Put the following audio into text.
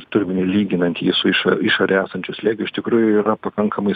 stulbina lyginant jį su išo išorėje esančiu slėgiu iš tikrųjų yra pakankamai